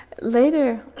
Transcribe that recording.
Later